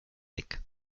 weg